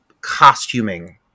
costuming